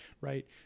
right